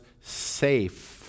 safe